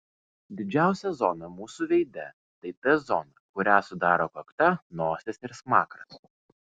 didžiausia zona mūsų veide tai t zona kurią sudaro kakta nosis ir smakras